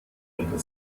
unter